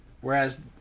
Whereas